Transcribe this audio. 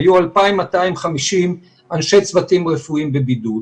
היו 2,250 אנשי צוותים רפואיים בבידוד,